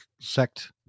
sect